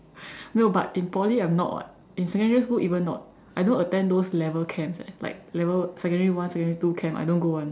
no but in Poly I'm not [what] in secondary school even not I don't attend those level camps eh like secondary one secondary two camps I don't go [one]